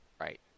Right